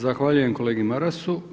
Zahvaljujem kolegi Marasu.